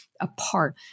apart